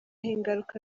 ingaruka